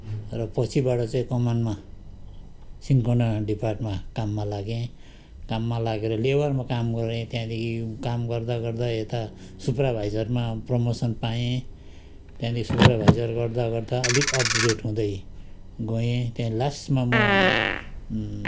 र पछिबाट चाहिँ कमानमा सिन्कोना डिर्पाटमा काममा लागे काममा लागेर लेबरमा काम गरेँ त्यहाँदेखि काम गर्दा गर्दा यता सुपरभाइजरमा प्रमोसन पाएँ त्यहाँदेखि सुपरभाइजर गर्दा गर्दा अलिक अप टू डेट हुँदै गएँ त्यहाँ लास्टमा म